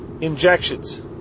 injections